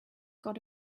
got